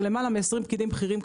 למעלה מ-20 פקידים בכירים,